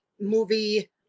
movie